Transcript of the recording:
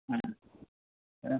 A